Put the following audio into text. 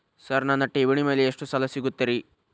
Sir ನನ್ನ ಠೇವಣಿ ಮೇಲೆ ಎಷ್ಟು ಸಾಲ ಸಿಗುತ್ತೆ ರೇ?